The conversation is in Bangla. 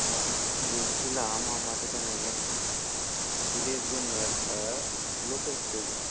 হ্যাঁ বল বলছিলাম আমাদের এখানে ক্ষীরের জন্য একটা লোকের প্রয়োজন